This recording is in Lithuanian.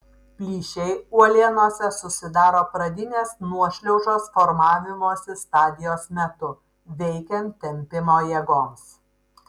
plyšiai uolienose susidaro pradinės nuošliaužos formavimosi stadijos metu veikiant tempimo jėgoms